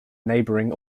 neighboring